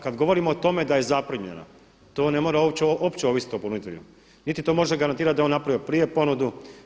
Kada govorimo o tome da je zaprimljena, to ne mora uopće ovisiti o ponuditelju niti to može garantirati da je on napravio prije ponudu.